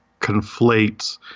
conflate